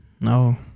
No